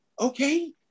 Okay